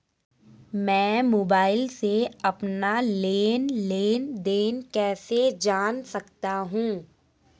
मैं मोबाइल से अपना लेन लेन देन कैसे जान सकता हूँ?